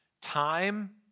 time